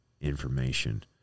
information